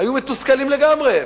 הם היו מתוסכלים לגמרי,